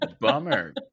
bummer